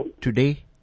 today